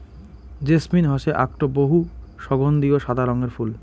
jasmine হসে আকটো বহু সগন্ধিও সাদা রঙের ফুল